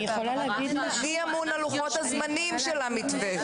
מי אמון על לוחות הזמנים של המתווה?